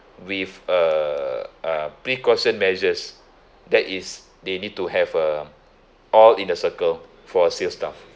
with uh uh precaution measures that is they need to have a all in a circle for sales staff